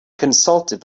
consulted